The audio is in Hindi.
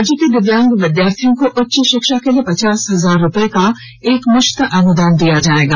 राज्य के दिव्यांग विद्यार्थियों को उच्च शिक्षा के लिए पचास हजार रूपये का एक मुश्त अनुदान दिया जाएगा